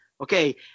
okay